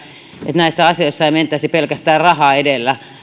näissä asioissa ei mentäisi pelkästään raha edellä